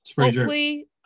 hopefully-